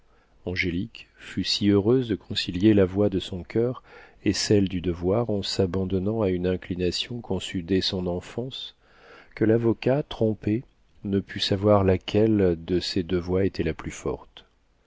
angélique fut si heureuse de concilier la voix de son coeur et celle du devoir en s'abandonnant à une inclination conçue dès son enfance que l'avocat trompé ne put savoir laquelle de ces deux voix était la plus forte